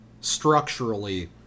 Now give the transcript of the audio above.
structurally